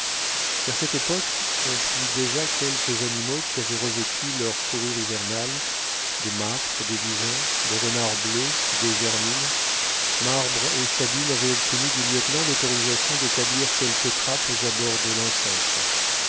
vers cette époque on prit déjà quelques animaux qui avaient revêtu leur fourrure hivernale des martres des visons des renards bleus des hermines marbre et sabine avaient obtenu du lieutenant l'autorisation d'établir quelques trappes aux abords de l'enceinte